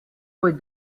with